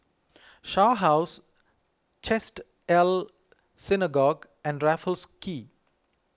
Shaw House Chesed El Synagogue and Raffles Quay